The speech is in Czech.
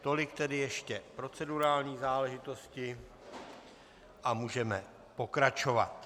Tolik tedy ještě procedurální záležitosti a můžeme pokračovat.